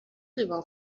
لیوان